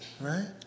right